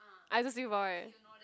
I also see for eh